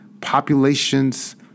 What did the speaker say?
populations